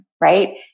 right